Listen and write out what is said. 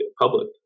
public